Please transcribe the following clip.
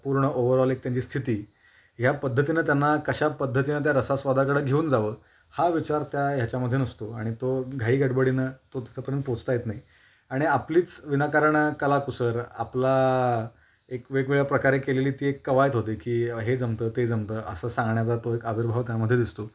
पूर्ण ओवरऑल एक त्यांची स्थिती ह्या पद्धतीनं त्यांना कशा पद्धतीनं त्या रसास्वादाकडं घेऊन जावं हा विचार त्या ह्याच्यामध्ये नसतो आणि तो घाईगडबडीनं तो तिथपर्यंत पोचता येत नाही आणि आपलीच विनाकारण कलाकुसर आपला एक वेगवेगळ्या प्रकारे केलेली ती एक कवायत होते की हे जमतं ते जमतं असं सांगण्याचा तो एक आविर्भाव त्यामध्ये दिसतो